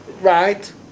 right